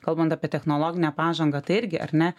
kalbant apie technologinę pažangą tai irgi ar ne